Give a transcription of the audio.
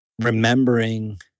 remembering